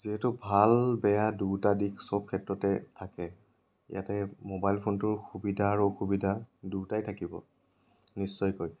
যিহেতু ভাল বেয়া দুয়োটা দিশ চ'ব ক্ষেত্ৰতে থাকে ইয়াতে মোবাইল ফোনটোৰ সুবিধা আৰু অসুবিধা দুয়োটাই থাকিব নিশ্চয়কৈ